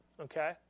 Okay